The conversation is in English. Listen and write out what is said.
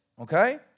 okay